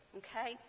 okay